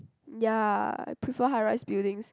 ya I prefer high-rise buildings